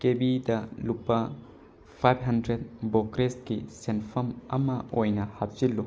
ꯀꯦꯕꯤꯗ ꯂꯨꯄꯥ ꯐꯥꯏꯕ ꯍꯟꯗ꯭ꯔꯦꯠ ꯕꯣꯀ꯭ꯔꯦꯁꯀꯤ ꯁꯦꯟꯐꯝ ꯑꯃ ꯑꯣꯏꯅ ꯍꯥꯞꯆꯤꯜꯂꯨ